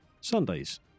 Sundays